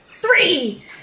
Three